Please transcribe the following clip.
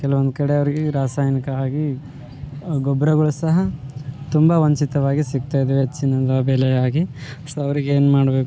ಕೆಲವೊಂದು ಕಡೆ ಅವರಿಗೆ ರಾಸಾಯನಿಕ ಆಗೀ ಗೊಬ್ಬರಗಳ ಸಹ ತುಂಬ ವಂಚಿತವಾಗಿ ಸಿಗ್ತಾಯಿದಿವಿ ಹೆಚ್ಚಿನ ಬೆಲೆಯಾಗಿ ಸೊ ಅವ್ರಿಗೇನು ಮಾಡಬೇಕು